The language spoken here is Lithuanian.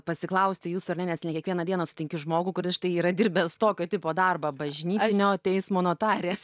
pasiklausti jūsų ar ne nes ne kiekvieną dieną sutinki žmogų kuris štai yra dirbęs tokio tipo darbą bažnytinio teismo notarės